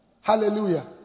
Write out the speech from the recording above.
Hallelujah